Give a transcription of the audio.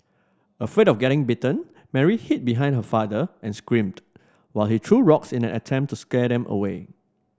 afraid of getting bitten Mary hid behind her father and screamed while he threw rocks in an attempt to scare them away